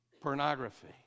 pornography